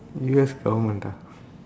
U_S government ah